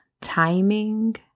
timing